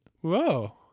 whoa